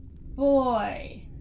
boy